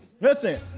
Listen